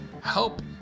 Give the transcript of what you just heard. help